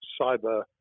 cyber